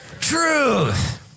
truth